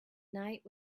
night